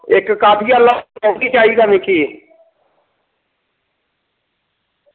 इक काफी आह्ला बी चाहिदा मिगी